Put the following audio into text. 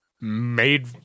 made